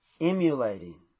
emulating